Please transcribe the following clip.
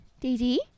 Daisy